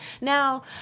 Now